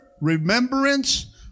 remembrance